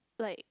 like